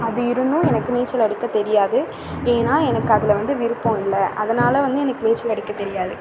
அது இருந்தும் எனக்கு நீச்சல் அடிக்க தெரியாது ஏன்னால் எனக்கு அதில் வந்து விருப்பம் இல்லை அதனால வந்து எனக்கு நீச்சல் அடிக்கத் தெரியாது